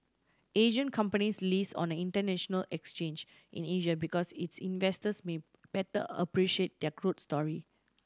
Asian companies list on an international exchange in Asia because its investors may better appreciate their growth story